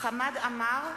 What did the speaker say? חמד עמאר,